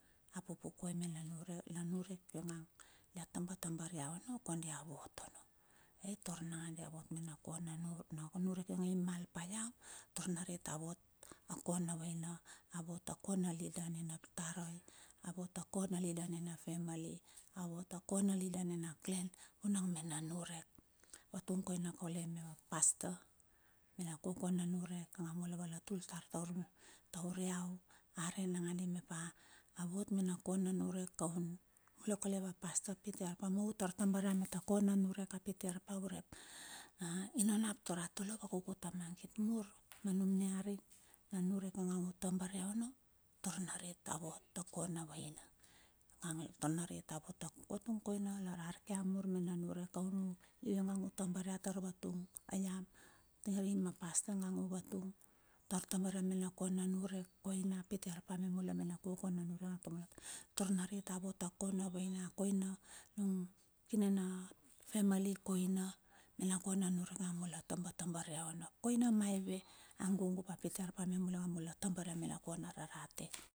A pupukuai me na nurek iongang dia tabatabar ia ono, kondi a vot ono. Ai taur nagadi, a vot mena kona nurek, na nurek ionge i mal pa iau, taur narit a vot a ko na vaina, a vot akona leader nena tarai, a vot a kona leader nena family, a vot akona leader nena clan, vunang mena niurek. A vatung koina kaule me paster me na kokona niurek ningnang mula vala tultar taur, taur iau, arei nangandi mep a, a vot me na ko na niurek koun mula kaule a paster pite varpa ma u tar tabar iau me ta ko na niurek pite arpa urep inonap tar a tole vakuku pa ta magit. Mur ma num niaring, na niurek ionga u tabar iau ono, taur narit a vot a ko na vaina. Ang tar narit avatung koina lar arkia mur na niurek ing ionga utabar ia tar vatung ai ap inga paster angu vatung, utar tabar ya me na ko na niurek, koina pita varpa ma mula me na koko na ngua taur nariit a vot a ko na vaina. A nung kine na family koina, na ko na niurek mula tabatabar iau no koina maive. A gugu ap a pite varpa me mula mula tabar ia me na kona rarate.